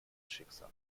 schicksal